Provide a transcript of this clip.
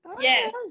Yes